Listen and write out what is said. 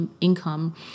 income